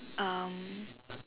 um